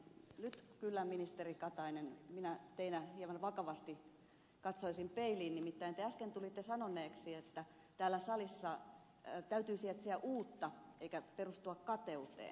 nyt kyllä ministeri katainen minä teinä hieman vakavasti katsoisin peiliin nimittäin te äsken tulitte sanoneeksi että täällä salissa täytyisi etsiä uutta eikä perustaa kateuteen